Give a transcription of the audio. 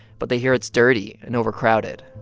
but they hear it's dirty and overcrowded,